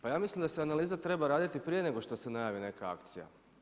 Pa ja mislim da se analiza treba raditi prije nego što se najavi neka akcija.